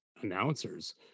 announcers